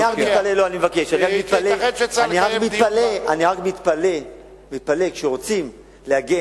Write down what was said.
אני רק מתפלא כשרוצים להגן,